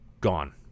gone